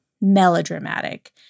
melodramatic